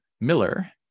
Miller